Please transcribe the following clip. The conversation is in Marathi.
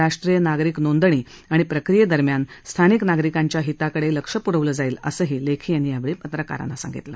राष्ट्रीय नागरिक नोंदणी आणि प्रक्रियेदरम्यान स्थानिक नागरिकांच्या हिताकडे लक्ष पुरवलं जाईल असंही लेखी यांनी यावेळी पत्रकारांना सांगितलं